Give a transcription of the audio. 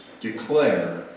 declare